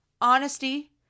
Honesty